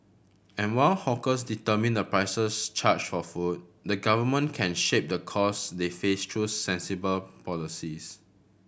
and while hawkers determine the prices charged for food the Government can shape the costs they face through sensible policies